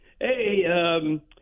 Hey